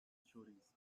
stories